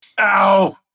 Ow